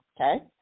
okay